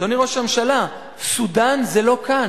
אדוני ראש הממשלה, סודן זה לא כאן.